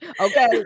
Okay